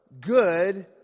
good